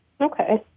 Okay